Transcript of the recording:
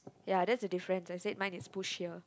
ya that's difference i said mine is push here